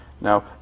Now